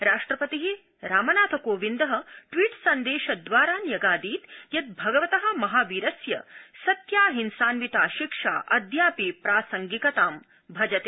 राष्ट्रपति रामनाथकोविन्द ट्वीट् सन्देश द्वारा न्यगादीद् यत् भगवत महावीरस्य सत्याहिंसान्विता शिक्षा अद्यापि प्रासंगिकतां भजते